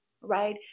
right